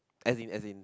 as in as in